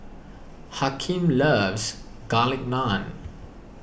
Hakeem loves Garlic Naan